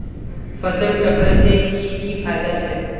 फसल चक्र से की की फायदा छे?